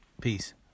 Peace